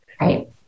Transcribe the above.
Right